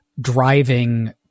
driving